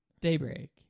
Daybreak